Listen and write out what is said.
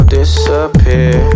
disappear